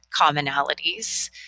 commonalities